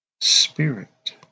Spirit